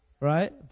right